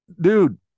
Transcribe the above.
dude